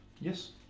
Yes